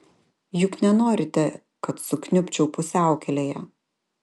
juk nenorite kad sukniubčiau pusiaukelėje